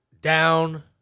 down